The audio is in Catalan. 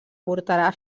portarà